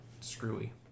screwy